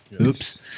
Oops